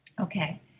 okay